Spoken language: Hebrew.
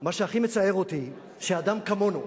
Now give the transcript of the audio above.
מה שהכי מצער אותי, שאדם כמונו